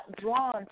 drawn